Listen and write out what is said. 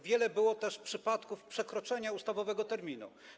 Wiele było też przypadków przekroczenia ustawowego terminu.